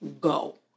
go